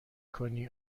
کنی